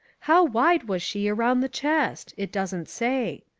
how wide was she round the chest? it doesn't say.